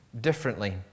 differently